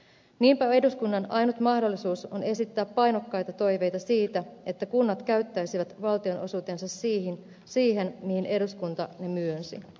niinpä eduskunnan ainut mahdollisuus on esittää painokkaita toiveita siitä että kunnat käyttäisivät valtionosuutensa siihen mihin eduskunta ne myönsi